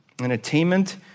Entertainment